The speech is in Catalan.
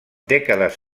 dècades